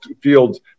fields